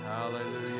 Hallelujah